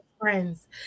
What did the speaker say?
friends